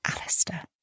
Alistair